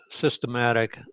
systematic